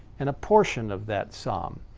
and a portion of that psalm,